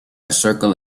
circle